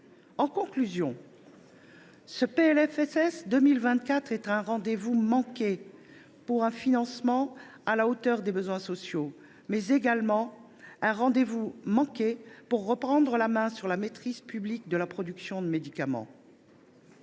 En conclusion, ce PLFSS 2024 est un rendez vous manqué pour un financement à la hauteur des besoins sociaux, mais aussi un rendez vous manqué pour reprendre la main sur la maîtrise publique de la production de médicaments.